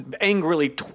angrily